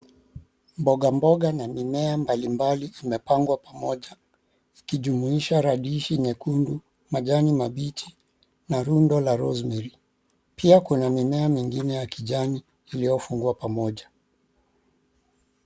Mboga mboga na mimea mbalimbali imepangwa pamoja ikijumuisaha radishi nyekundu, majani mabichi na rundo la Rose Mary pia Kuna mimea mingine ya kijani iliyofungwa pamoja.